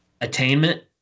attainment